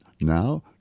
now